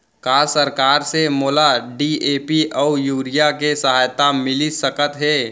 का सरकार से मोला डी.ए.पी अऊ यूरिया के सहायता मिलिस सकत हे?